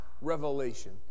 revelation